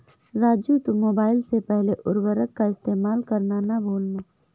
राजू तुम मोबाइल से पहले उर्वरक का इस्तेमाल करना ना भूलना